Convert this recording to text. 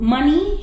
Money